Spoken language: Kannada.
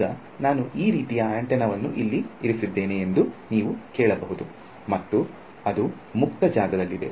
ಈಗ ನಾನು ಈ ರೀತಿಯಲ್ಲಿ ಆಂಟೆನಾವನ್ನು ಇಲ್ಲಿ ಇರಿಸಿದ್ದೇನೆ ಎಂದು ನೀವು ಕೇಳಬಹುದು ಮತ್ತು ಅದು ಮುಕ್ತ ಜಾಗದಲ್ಲಿದೆ